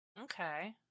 Okay